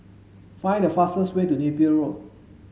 find the fastest way to Napier Road